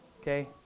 okay